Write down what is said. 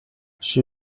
she